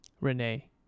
Renee